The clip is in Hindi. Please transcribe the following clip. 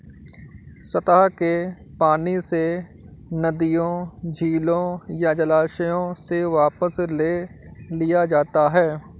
सतह के पानी से नदियों झीलों या जलाशयों से वापस ले लिया जाता है